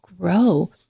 grow